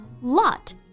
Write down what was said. Lot